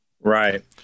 Right